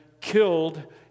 killed